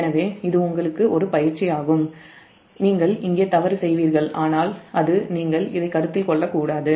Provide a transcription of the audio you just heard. எனவே இது உங்களுக்கு ஒரு பயிற்சியாகும் நீங்கள் இங்கே தவறு செய்வீர்கள் ஆனால் அது நீங்கள் இதை கருத்தில் கொள்ளக்கூடாது